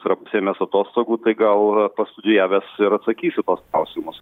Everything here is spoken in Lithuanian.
yra pasiėmęs atostogų tai gal pastudijavęs ir atsakys į tuos klausimus